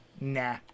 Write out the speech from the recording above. nah